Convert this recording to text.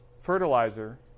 fertilizer